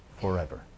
forever